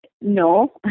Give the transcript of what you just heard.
no